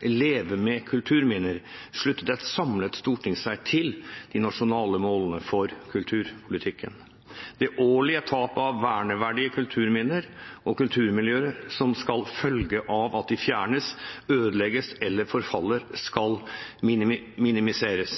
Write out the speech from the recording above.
Leve med kulturminner, sluttet et samlet storting seg til de nasjonale målene for kulturpolitikken. Det årlige tapet av verneverdige kulturminner og kulturmiljøer som følge av at de fjernes, ødelegges eller forfaller, skal minimeres.